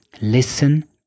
Listen